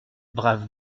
brave